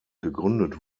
gegründet